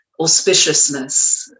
auspiciousness